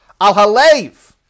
Al-halev